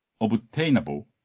obtainable